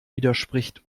widerspricht